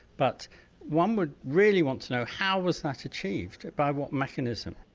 but one would really want to know how was that achieved, by what mechanism?